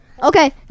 Okay